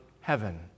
heaven